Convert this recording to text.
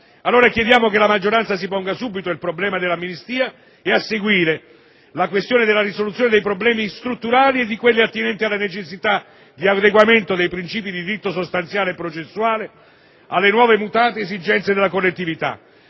Allora chiediamo che la maggioranza si ponga subito il problema dell'amnistia e, a seguire, la questione della risoluzione dei problemi strutturali e di quelli attinenti alla necessità di adeguamento dei principi di diritto sostanziale e processuale alle nuove e mutate esigenze della collettività.